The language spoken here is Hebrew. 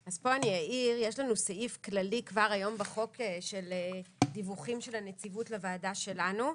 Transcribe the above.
יש לנו סעיף כללי כבר היום בחוק של דיווחים של הנציבות לוועדה שלנו,